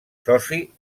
soci